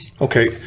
Okay